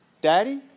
daddy